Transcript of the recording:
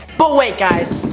but wait guys,